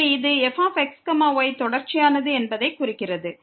எனவே இது fx y தொடர்ச்சியானது என்பதைக் குறிக்கிறது